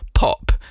pop